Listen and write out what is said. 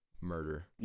murder